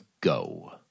go